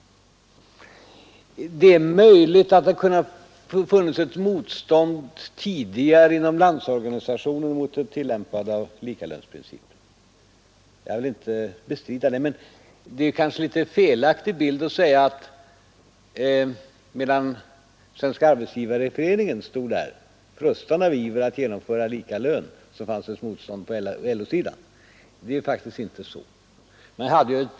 Det är möjligt att det tidigare kunnat finnas ett motstånd inom LO mot ett tillämpande av likalönsprincipen — jag vill inte bestrida det. Men det är kanske litet felaktigt att säga att medan Svenska arbetsgivareföreningen stod där frustande av iver att genomföra likalön, fanns det ett motstånd på LO-sidan. Det är faktiskt inte så.